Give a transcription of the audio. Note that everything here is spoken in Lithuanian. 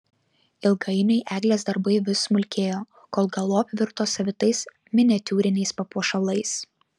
ilgainiui eglės darbai vis smulkėjo kol galop virto savitais miniatiūriniais papuošalais